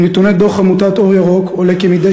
מנתוני דוח עמותת "אור ירוק" עולה כי מדי